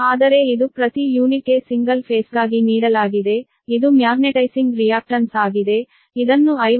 ಆದರೆ ಇದು ಪ್ರತಿ ಯೂನಿಟ್ಗೆ ಸಿಂಗಲ್ ಫೇಸ್ಗಾಗಿ ನೀಡಲಾಗಿದೆ ಇದು ಮ್ಯಾಗ್ನೆಟೈಸಿಂಗ್ ರಿಯಾಕ್ಟನ್ಸ್ ಆಗಿದೆ ಇದನ್ನು 50 p